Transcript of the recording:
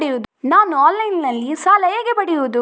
ನಾನು ಆನ್ಲೈನ್ನಲ್ಲಿ ಸಾಲ ಹೇಗೆ ಪಡೆಯುವುದು?